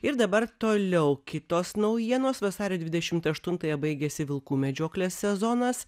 ir dabar toliau kitos naujienos vasario dvidešimt aštuntąją baigėsi vilkų medžioklės sezonas